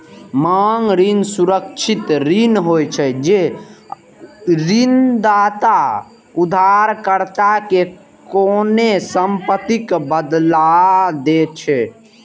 मांग ऋण सुरक्षित ऋण होइ छै, जे ऋणदाता उधारकर्ता कें कोनों संपत्तिक बदला दै छै